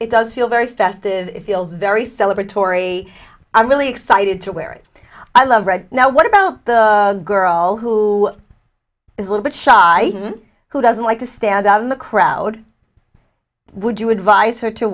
it does feel very festive if feels very celebrate torrie i'm really excited to wear it i love right now what about the girl who is a little bit shy who doesn't like to stand out in the crowd would you advise her to